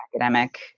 academic